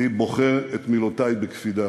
אני בוחר את מילותי בקפידה: